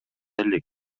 элек